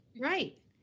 right